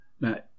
Now